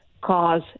cause